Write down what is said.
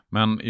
Men